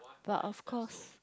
but of course